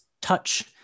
touch